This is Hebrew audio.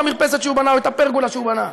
המרפסת שהוא בנה או את הפרגולה שהוא בנה.